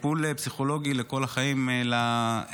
טיפול פסיכולוגי לכל החיים לגרושות,